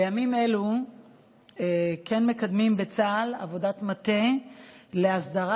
בימים אלו כן מקדמים בצה"ל עבודת מטה גם להסדרת